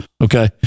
Okay